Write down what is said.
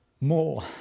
more